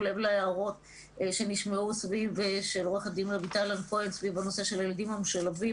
לב להערות שהושמעו לגבי הילדים המשולבים.